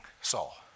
Saul